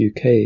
UK